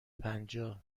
پنجاه